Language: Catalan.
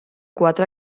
quatre